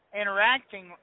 interacting